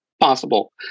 possible